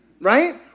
Right